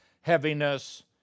heaviness